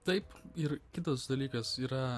taip ir kitas dalykas yra